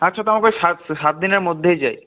আচ্ছা তো আমাকে ওই সাত সাতদিনের মধ্যেই চাই